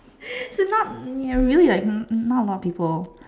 she's not ya really like um not a lot of people